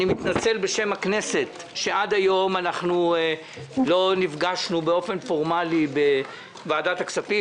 אני מתנצל בשם הכנסת שעד היום לא נפגשנו באופן פורמלי בוועדת הכספים,